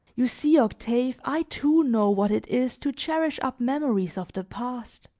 you see, octave, i too know what it is to cherish up memories of the past.